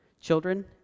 Children